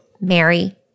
Mary